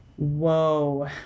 whoa